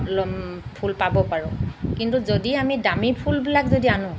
ফুল পাব পাৰোঁ কিন্তু যদি আমি দামী ফুলবিলাক যদি আনো